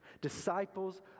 disciples